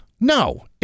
No